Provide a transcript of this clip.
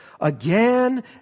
again